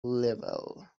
level